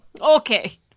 Okay